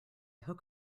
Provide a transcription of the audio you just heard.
hook